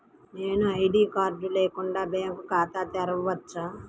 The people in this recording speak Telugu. నేను ఐ.డీ కార్డు లేకుండా బ్యాంక్ ఖాతా తెరవచ్చా?